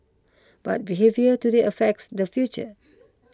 but behaviour today affects the future